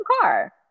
car